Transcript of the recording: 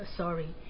sorry